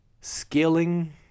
scaling